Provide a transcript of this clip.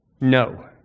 no